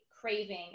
craving